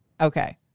Okay